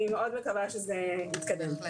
אני מאוד מקווה שזה יתקדם.